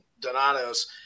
Donato's